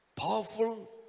powerful